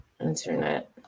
internet